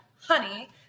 honey